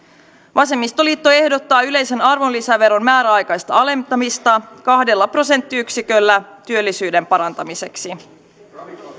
vasemmistoliitto ehdottaa yleisen arvonlisäveron määräaikaista alentamista kahdella prosenttiyksiköllä työllisyyden parantamiseksi